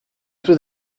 taux